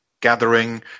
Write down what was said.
gathering